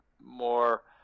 more